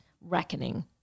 reckoning